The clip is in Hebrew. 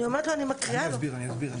אני אסביר, אני אסביר.